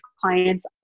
clients